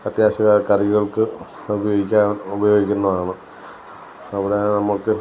അത്യാവശ്യ കറികൾക്ക് ഉപയോഗിക്കാൻ ഉപയോഗിക്കുന്നതാണ് അവിടെ നമുക്ക്